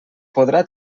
podrà